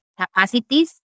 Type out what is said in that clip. capacities